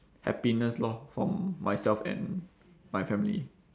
happiness lor for myself and my family